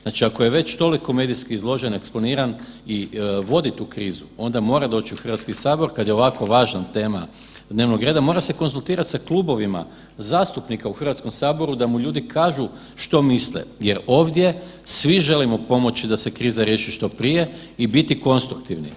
Znači, ako je već toliko medijski izložen, eksponiran i vodi tu krizu onda mora doći u Hrvatski sabor kad je ovako važna tema dnevno reda, mora se konzultirati sa klubovima zastupnika u Hrvatskom saboru da mu ljudi kažu što misle, jer ovdje svi želimo pomoći da se kriza riješi što prije i biti konstruktivni.